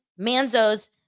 Manzo's